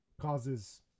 causes